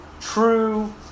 true